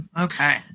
okay